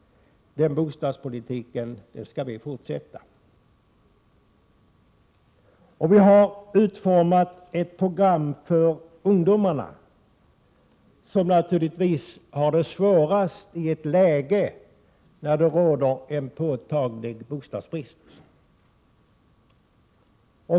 Den bostadspolitiken skall vi fortsätta. Vi har utformat ett program för ungdomarna som naturligtvis har det svårast i ett läge när det råder en påtaglig bostadsbrist.